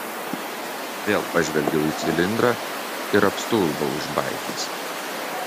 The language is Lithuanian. vėl pažvelgiau į cilindrą ir apstulbau iš baimės